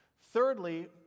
Thirdly